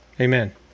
Amen